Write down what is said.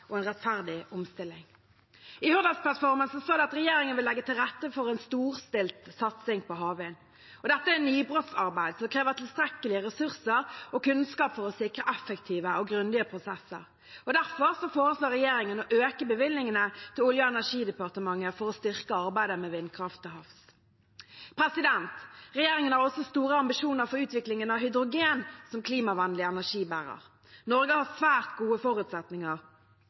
og en rettferdig omstilling. I Hurdalsplattformen står det at regjeringen vil legge til rette for en storstilt satsing på havvind. Dette er nybrottsarbeid som krever tilstrekkelige ressurser og kunnskap for å sikre effektive og grundige prosesser. Derfor foreslår regjeringen å øke bevilgningene til Olje- og energidepartementet for å styrke arbeidet med vindkraft til havs. Regjeringen har også store ambisjoner for utviklingen av hydrogen som klimavennlig energibærer. Norge har svært gode forutsetninger